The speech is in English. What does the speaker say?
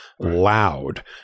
loud